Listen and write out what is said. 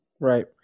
Right